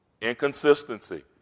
Inconsistency